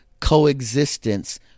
coexistence